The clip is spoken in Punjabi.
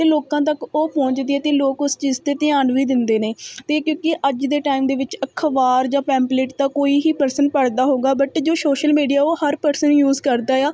ਅਤੇ ਲੋਕਾਂ ਤੱਕ ਉਹ ਪਹੁੰਚਦੀ ਹੈ ਅਤੇ ਲੋਕ ਉਸ ਚੀਜ਼ 'ਤੇ ਧਿਆਨ ਵੀ ਦਿੰਦੇ ਨੇ ਅਤੇ ਕਿਉਂਕਿ ਅੱਜ ਦੇ ਟਾਈਮ ਦੇ ਵਿੱਚ ਅਖਬਾਰ ਜਾਂ ਪੈਂਪਲੇਟ ਤਾਂ ਕੋਈ ਹੀ ਪਰਸਨ ਪੜਦਾ ਹੋਊਗਾ ਬਟ ਜੋ ਸੋਸ਼ਲ ਮੀਡੀਆ ਉਹ ਹਰ ਪਰਸਨ ਯੂਜ ਕਰਦਾ ਆ